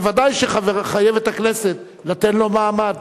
ודאי שהכנסת חייבת לתת לו מעמד.